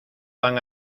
van